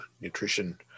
nutrition